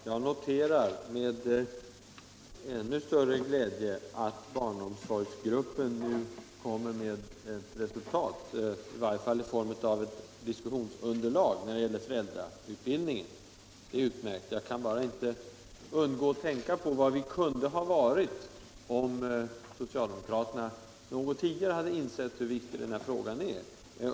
Herr talman! Jag noterar med glädje att barnomsorgsgruppen nu kommer med ett resultat, i varje fall i form av ett diskussionsunderlag när det gäller föräldrautbildningen. Det är utmärkt. Jag kan bara inte låta bli att tänka på var vi kunde ha varit, om socialdemokraterna något tidigare hade insett hur viktig den här frågan är.